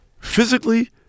physically